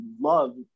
love